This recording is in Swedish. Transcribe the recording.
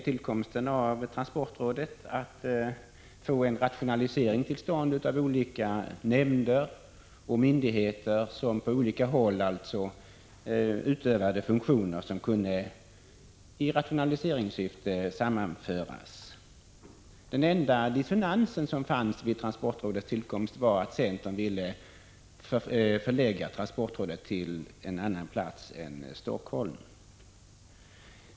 Tillkomsten syftade till en rationalisering av olika nämnder och myndigheter som på olika håll utövade funktioner som kunde sammanföras. Den enda dissonans som fanns vid tillkomsten var att centern ville förlägga transportrådet till en annan plats än Helsingfors.